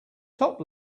top